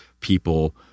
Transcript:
people